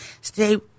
stay